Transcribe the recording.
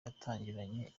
yatangiranye